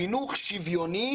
חינוך שוויוני